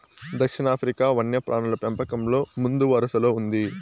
దక్షిణాఫ్రికా వన్యప్రాణుల పెంపకంలో ముందువరసలో ఉంది